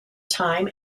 time